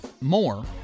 more